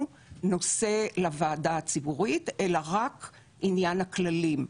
נושא לוועדה הציבורית אלא רק עניין הכללים.